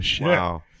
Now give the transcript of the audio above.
Wow